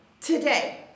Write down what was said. today